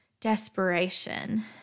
desperation